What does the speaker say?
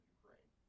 Ukraine